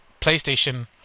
PlayStation